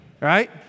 right